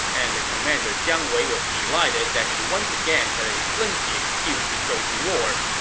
and the commander jiang wei was delighted that he once again had a flimsy excuse to go to war.